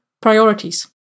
priorities